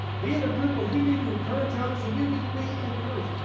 be in a group where you need to encourage others and you need to be encouraged.